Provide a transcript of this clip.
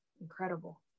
Incredible